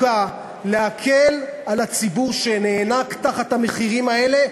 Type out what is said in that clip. להקל על הציבור שנאנק תחת המחירים האלה,